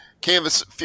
canvas